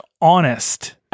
honest